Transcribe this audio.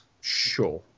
Sure